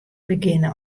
begjinne